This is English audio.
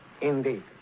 Indeed